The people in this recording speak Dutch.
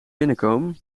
binnenkomen